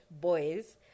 boys